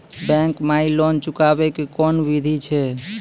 Bank माई loan चुकाबे के कोन बिधि छै?